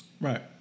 Right